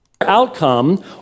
outcome